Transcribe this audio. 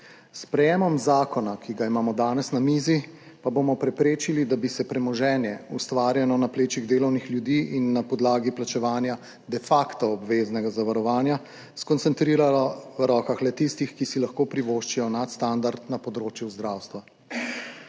S sprejetjem zakona, ki ga imamo danes na mizi, pa bomo preprečili, da bi se premoženje, ustvarjeno na plečih delovnih ljudi in na podlagi plačevanja de facto obveznega zavarovanja, skoncentriralo v rokah le-tistih, ki si lahko privoščijo nadstandard na področju zdravstva.